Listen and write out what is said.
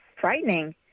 frightening